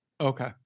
Okay